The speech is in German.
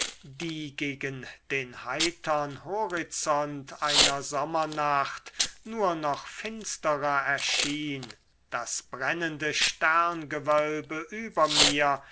die gegen den heitern horizont einer sommernacht nur noch finsterer erschien das brennende sterngewölbe über mir